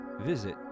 visit